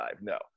No